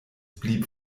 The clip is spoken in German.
blieb